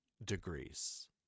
Degrees